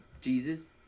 Jesus